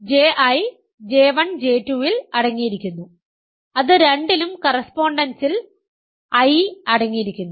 JI J1 J2 ൽ അടങ്ങിയിരിക്കുന്നു അതു രണ്ടിലും കറസ്പോണ്ടൻസ്സിൽ I അടങ്ങിയിരിക്കുന്നു